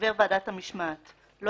17. סייגים למינוי של חבר ועדת המשמעת 18. לא